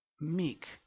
meek